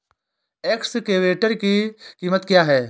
Excavator की कीमत क्या है?